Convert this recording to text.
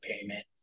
payment